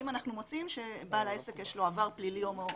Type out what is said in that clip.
אם הם מוצאים שלבעל העסק יש עבר פלילי או מודיעיני.